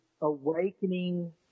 awakening